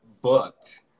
booked